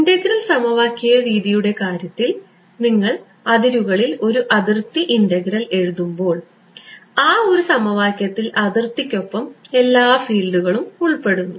integral സമവാക്യ രീതിയുടെ കാര്യത്തിൽ നിങ്ങൾ അതിരുകളിൽ ഒരു അതിർത്തി ഇന്റഗ്രൽ എഴുതുമ്പോൾ ആ ഒരു സമവാക്യത്തിൽ അതിർത്തിയ്ക്കൊപ്പം എല്ലാ ഫീൽഡുകളും ഉൾപ്പെടുന്നു